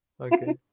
okay